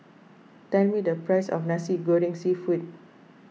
tell me the price of Nasi Goreng Seafood